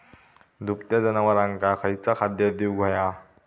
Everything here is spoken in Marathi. दुभत्या जनावरांका खयचा खाद्य देऊक व्हया?